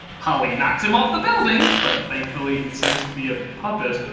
holli knocks him off the building but thankfully he seems to be a puppet.